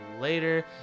later